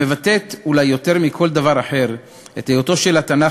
המבטאת אולי יותר מכל דבר אחר את היות התנ"ך